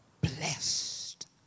blessed